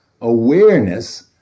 awareness